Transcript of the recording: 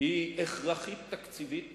היא הכרחית תקציבית